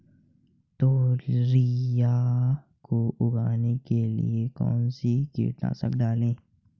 तोरियां को उगाने के लिये कौन सी कीटनाशक डालें?